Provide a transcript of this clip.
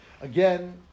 Again